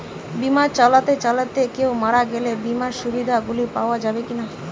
বিমা চালাতে চালাতে কেও মারা গেলে বিমার সুবিধা গুলি পাওয়া যাবে কি না?